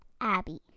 Abby